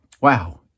wow